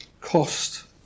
cost